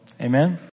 Amen